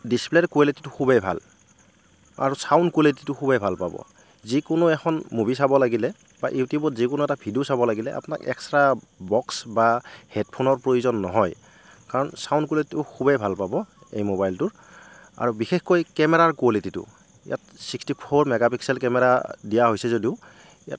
ডিচপ্লে'ৰ কোৱালিটিটো খুবেই ভাল আৰু চাউণ্ড কোৱালিটিটো খুবেই ভাল পাব যিকোনো এখন মুভি চাব লাগিলে বা ইউটিউবত যিকোনো এটা ভিডিঅ' চাব লাগিলে আপোনাক এক্সট্ৰা বক্স বা হেডফোনৰ প্ৰয়োজন নহয় কাৰণ চাউণ্ড কোৱালিটিটো খুবেই ভাল পাব এই মোবাইলটোৰ বিশেষকৈ কেমেৰাৰ কোৱালিটিটো ইয়াত sixty four mega pixel camera দিয়া হৈছে যদিও